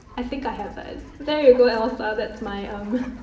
i think i have that. there you go, elsa. that's my um.